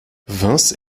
vins